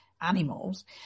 animals